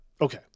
Okay